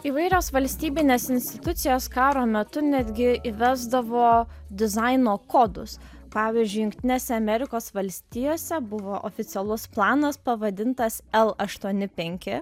įvairios valstybinės institucijos karo metu netgi įvesdavo dizaino kodus pavyzdžiui jungtinėse amerikos valstijose buvo oficialus planas pavadintas l aštuoni penki